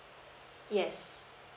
yes